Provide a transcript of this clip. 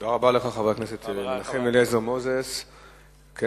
תודה רבה לך, חבר הכנסת אליעזר מוזס.